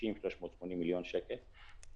360-380 מיליוני שקלים.